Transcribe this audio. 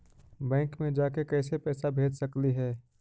Bank मे जाके कैसे पैसा भेज सकली हे?